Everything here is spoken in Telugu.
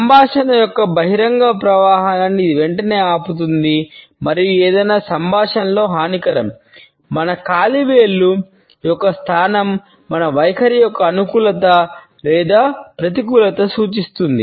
సంభాషణ యొక్క బహిరంగ ప్రవాహాన్ని ఇది వెంటనే ఆపుతుంది మరియు ఏదైనా సంభాషణలో హానికరం మన కాలి వేళ్లు యొక్క స్థానం మన వైఖరి యొక్క అనుకూలత లేదా ప్రతికూలతను సూచిస్తుంది